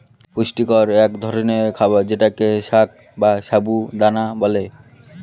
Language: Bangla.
পুষ্টিকর এক ধরনের খাবার যেটাকে সাগ বা সাবু দানা বলে